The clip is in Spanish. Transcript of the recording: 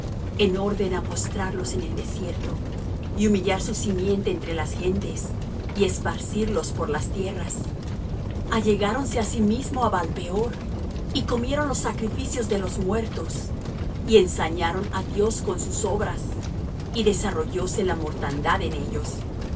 en orden á postrarlos en el desierto y humillar su simiente entre las gentes y esparcirlos por las tierras allegáronse asimismo á baalpeor y comieron los sacrificios de los muertos y ensañaron á dios con sus obras y desarrollóse la mortandad en ellos